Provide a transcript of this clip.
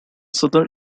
southern